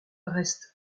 restent